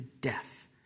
death